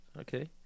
Okay